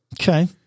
Okay